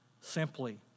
Simply